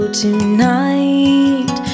tonight